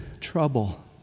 trouble